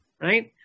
Right